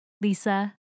Lisa